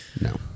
no